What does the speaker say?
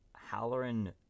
Halloran